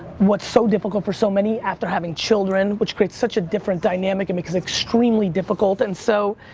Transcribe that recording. what's so difficult for so many, after having children which creates such a different dynamic and becomes extremely difficult. and so,